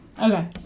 Okay